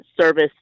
service